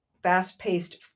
fast-paced